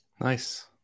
Nice